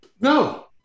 No